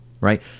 right